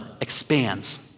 expands